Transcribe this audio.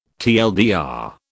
tldr